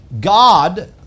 God